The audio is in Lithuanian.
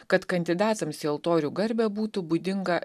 kad kandidatams į altorių garbę būtų būdinga